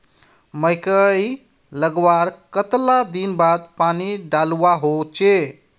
मकई लगवार कतला दिन बाद पानी डालुवा होचे?